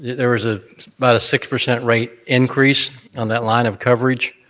there was ah about a six percent rate increase on that line of coverage.